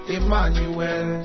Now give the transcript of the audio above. Emmanuel